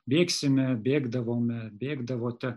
bėgsime bėgdavome bėgdavote